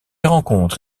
rencontre